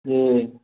जी